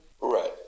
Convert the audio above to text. Right